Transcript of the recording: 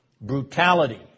brutality